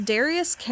Darius